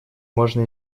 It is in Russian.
можно